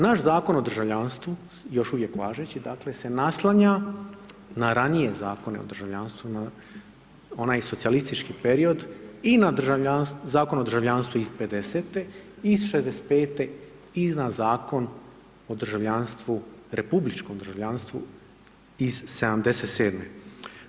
Naš Zakon o državljanstvu, još uvijek važeći se naslanja na ranije zakone o državljanstvu, na onaj socijalistički period i na Zakon o državljanstvu iz 50-e i 65-e i na Zakon o državljanstvu, republičkom državljanstvu iz 77-e.